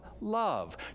love